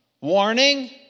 warning